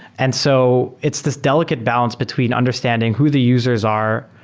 and so it's this delicate balance between understanding who the users are,